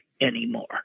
anymore